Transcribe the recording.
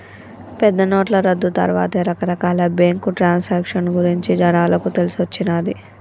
పెద్దనోట్ల రద్దు తర్వాతే రకరకాల బ్యేంకు ట్రాన్సాక్షన్ గురించి జనాలకు తెలిసొచ్చిన్నాది